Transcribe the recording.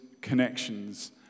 connections